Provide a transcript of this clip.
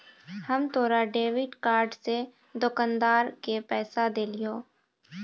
हम तोरा debit card से दुकानदार के पैसा देलिहों